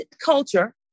culture